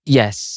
yes